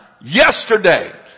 yesterday